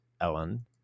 Ellen